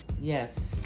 Yes